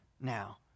now